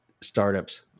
startups